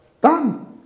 done